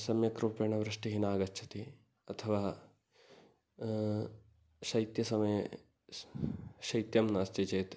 सम्यक्रूपेण वृष्टिः नागच्छति अथवा शैत्यसमये शैत्यं नास्ति चेत्